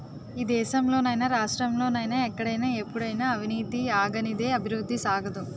ఈ దేశంలో నైనా రాష్ట్రంలో నైనా ఎక్కడైనా ఎప్పుడైనా అవినీతి ఆగనిదే అభివృద్ధి సాగదు